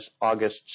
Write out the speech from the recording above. August